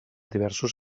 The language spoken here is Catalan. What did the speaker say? diversos